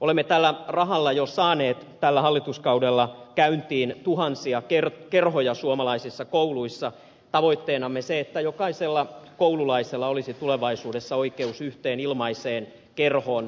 olemme tällä rahalla jo saaneet tällä hallituskaudella käyntiin tuhansia kerhoja suomalaisissa kouluissa tavoitteenamme se että jokaisella koululaisella olisi tulevaisuudessa oikeus yhteen ilmaiseen kerhoon